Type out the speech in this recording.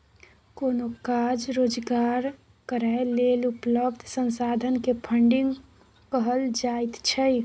कोनो काज रोजगार करै लेल उपलब्ध संसाधन के फन्डिंग कहल जाइत छइ